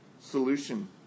solution